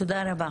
תודה רבה.